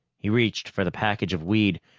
he reached for the package of weed,